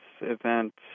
event